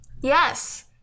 Yes